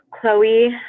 Chloe